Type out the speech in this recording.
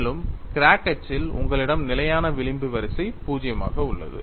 மேலும் கிராக் அச்சில் உங்களிடம் நிலையான விளிம்பு வரிசை 0 உள்ளது